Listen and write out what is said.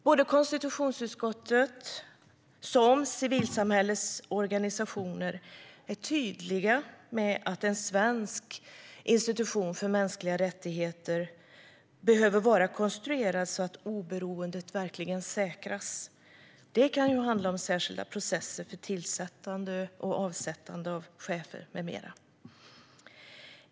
Både konstitutionsutskottet och civilsamhällets organisationer är tydliga med att en svensk institution för mänskliga rättigheter behöver vara konstruerad så att oberoendet verkligen säkras. Det kan handla om särskilda processer för tillsättande och avsättande av chefer med mera.